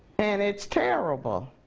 and it's terrible.